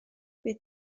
bydd